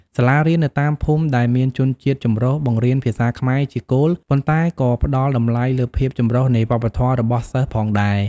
សាលារៀននៅតាមភូមិដែលមានជនជាតិចម្រុះបង្រៀនភាសាខ្មែរជាគោល ប៉ុន្តែក៏ផ្ដល់តម្លៃលើភាពចម្រុះនៃវប្បធម៌របស់សិស្សផងដែរ។